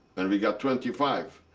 and we got twenty five.